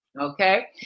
Okay